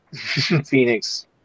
Phoenix